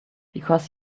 because